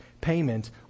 payment